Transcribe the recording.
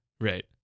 Right